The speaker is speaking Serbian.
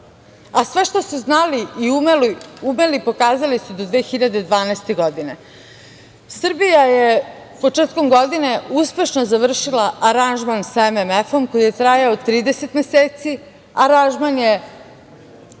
a sve što su znali i umeli pokazali su do 2012. godine. Srbija je početkom godine uspešno završila aranžman sa MMF-om, koji je trajao 30 meseci. Aranžman je